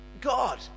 God